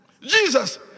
Jesus